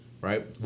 Right